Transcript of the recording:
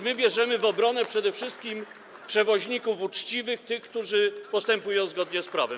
My bierzemy w obronę przede wszystkim przewoźników uczciwych, którzy postępują zgodnie z prawem.